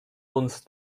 uns